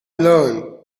learned